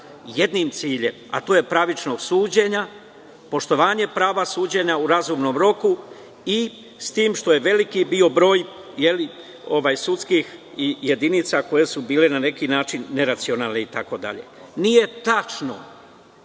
jednim ciljem, a to je pravično suđenje, poštovanje prava suđenja u razumnom roku i s tim što je bio veliki broj sudskih jedinica koje su bile na neki način neracionalne. Nije tačno